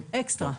אקסטרה.